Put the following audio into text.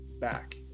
back